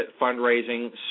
Fundraising